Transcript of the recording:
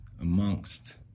amongst